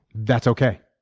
that's okay.